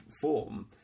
form